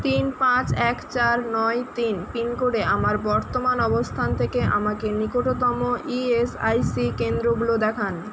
তিন পাঁচ এক চার নয় তিন পিনকোডে আমার বর্তমান অবস্থান থেকে আমাকে নিকটতম ই এস আই সি কেন্দ্রগুলো দেখান